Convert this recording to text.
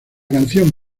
canción